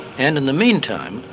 and in the meantime,